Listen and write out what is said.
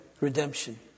redemption